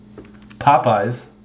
Popeye's